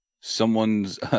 someone's